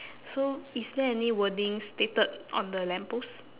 so is there any wordings stated on the lamppost